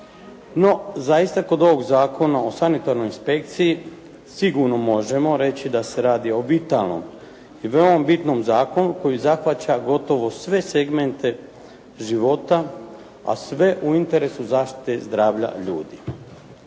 No zaista kod ovog Zakona o sanitarnoj inspekciji sigurno možemo reći da se radi o vitalnom i veoma bitnom zakonu koji zahvaća gotovo sve segmente života, a sve u interesu zaštite zdravlja ljudi.